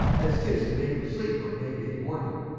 as tis to make em sleepe on may-day morning,